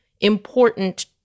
important